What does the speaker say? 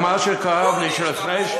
אבל מה שכאב לי, שלפני, גורנישט.